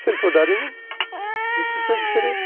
शिल्प दारिमिन बिफोरावसो बिसोरो